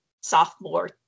sophomore